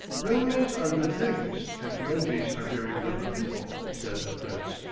railroads are good things, and ferenghis are very clever people, says the prince,